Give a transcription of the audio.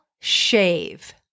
shave